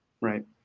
right